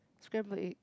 scrambled egg